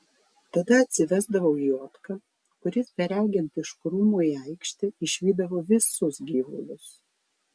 tada atsivesdavau juodką kuris beregint iš krūmų į aikštę išvydavo visus gyvulius